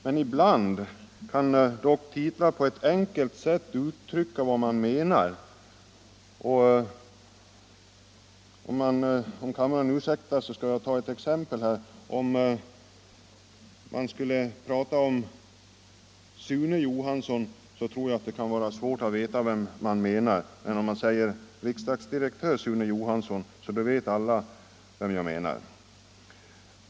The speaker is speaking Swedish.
Ibland kan dock titlar på ett enkelt sätt uttrycka vad man menar. Om kammaren ursäktar skall jag ta ett exempel. Skulle man tala om Sune Johansson, så tror jag att det kan vara svårt att veta vem som menas. Men om jag säger ”riksdagsdirektör Sune Johansson”, så vet alla vem jag menar.